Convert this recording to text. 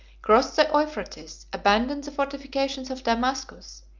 crossed the euphrates, abandoned the fortifications of damascus,